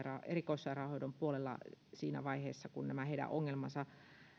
erikoissairaanhoidon puolella siinä vaiheessa kun nämä heidän ongelmansa